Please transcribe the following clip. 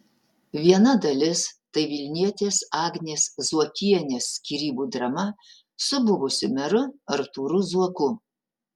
viena dalis tai vilnietės agnės zuokienės skyrybų drama su buvusiu meru artūru zuoku